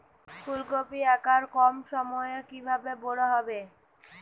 ফুলকপির আকার কম সময়ে কিভাবে বড় হবে?